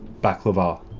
baklava.